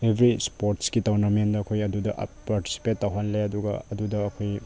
every ꯏꯁꯄꯣꯔꯠꯀꯤ ꯇꯣꯔꯅꯥꯃꯦꯟꯗ ꯑꯩꯈꯣꯏ ꯑꯗꯨꯗ ꯄꯥꯔꯇꯤꯁꯤꯄꯦꯠ ꯇꯧꯍꯜꯂꯦ ꯑꯗꯨꯒ ꯑꯗꯨꯗ ꯑꯩꯈꯣꯏ